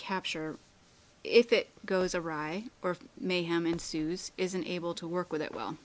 capture if it goes awry or if mayhem ensues isn't able to work with it well